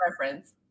Reference